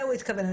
זאת היתה הכוונה.